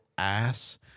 ass